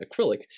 acrylic